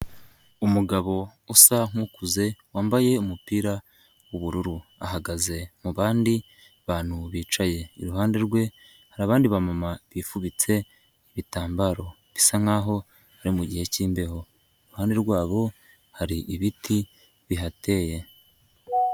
Umugabo usa nk'ukuze wambaye umupira wubururu. Ahagaze mubandi bantu bicaye. Iruhande rwe hari abandi ba mama bifubitse ibitambaro bisa nk'aho ari mugihe cy'imbeho. Iruhande rwabo hari ibiti bihateye.